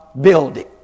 building